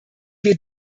wir